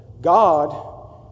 God